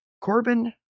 Corbin